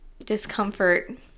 discomfort